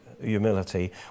humility